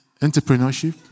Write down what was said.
entrepreneurship